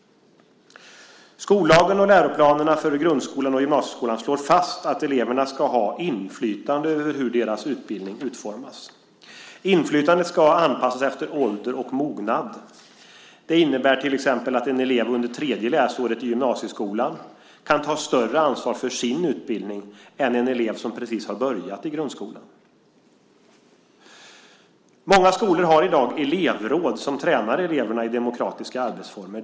Skollagen och läroplanerna för grundskolan och gymnasieskolan slår fast att eleverna ska ha inflytande över hur deras utbildning utformas. Inflytandet ska anpassas efter ålder och mognad. Det innebär till exempel att en elev under tredje läsåret i gymnasieskolan kan ta större ansvar för sin utbildning än en elev som precis har börjat i grundskolan. Många skolor har i dag elevråd som tränar eleverna i demokratiska arbetsformer.